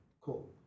Cool